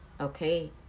okay